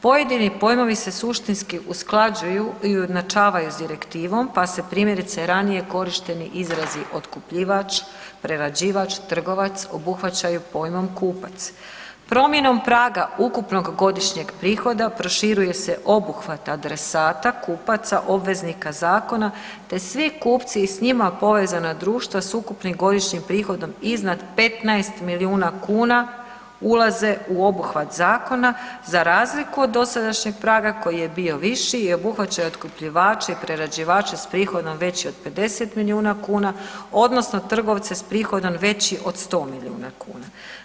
Pojedini pojmovi se suštinski usklađuju i ujednačavaju s direktivom pa se primjerice ranije korišteni izrazi „otkupljivač“, „prerađivač“, „trgovac“ obuhvaćaju pojmom „kupac.“ Promjenom praga ukupnog godišnjeg prihoda, proširuje se obuhvat adresata kupaca obveznika zakona te svi kupci i s njima povezana društva s ukupnim godišnjim prihodom iznad 15 milijuna kuna, ulaze u obuhvat zakona za razliku od dosadašnjeg praga koji je bio viši i obuhvaća otkupljivače, prerađivače s prihodom većim od 50 milijuna kuna odnosno trgovce s prihodom većim od 100 milijuna kuna.